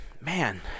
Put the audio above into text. man